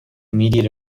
immediate